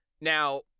now